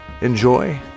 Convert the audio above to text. enjoy